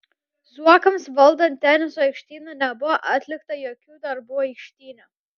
zuokams valdant teniso aikštyną nebuvo atlikta jokių darbų aikštyne